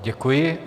Děkuji.